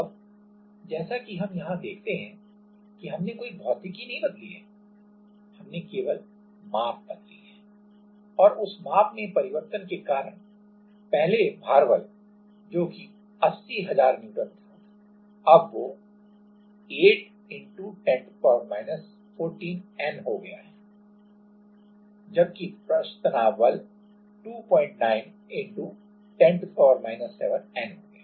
अब जैसा कि हम यहां देखते हैं कि हमने कोई भौतिकी नहीं बदली थी हमने केवल माप बदली है और उस माप में परिवर्तन के कारण पहले भार बल जो कि 80000N था वो अब 8×N हो गया जबकि पृष्ठ तनाव बल 29×N हो गया